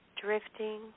Drifting